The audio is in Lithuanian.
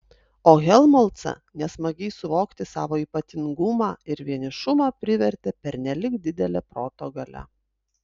o helmholcą nesmagiai suvokti savo ypatingumą ir vienišumą privertė pernelyg didelė proto galia